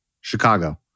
Chicago